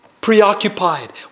Preoccupied